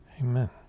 Amen